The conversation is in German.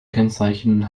kennzeichen